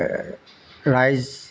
ৰাইজ